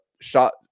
shot